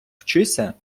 вчися